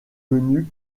venues